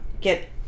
get